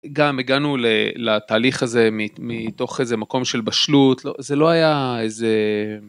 גם הגענו ל.. לתהליך הזה מתוך איזה מקום של בשלות, לא... זה לא היה איזה.